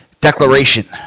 declaration